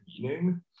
meaning